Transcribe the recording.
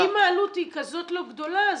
שאם העלות היא כזו לא גדולה,